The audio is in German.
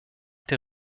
der